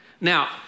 Now